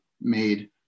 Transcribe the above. made